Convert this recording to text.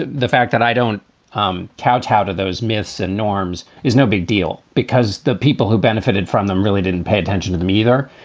the fact that i don't um kowtow to those myths and norms is no big deal because the people who benefited from them really didn't pay attention to them either.